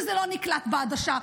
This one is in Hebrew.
וזה לא נקלט בעדשה.